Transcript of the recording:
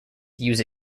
use